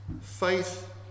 faith